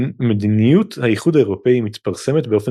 מדיניות האיחוד האירופי מתפרסמת באופן